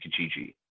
Kijiji